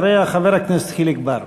אחריה, חבר הכנסת חיליק בר.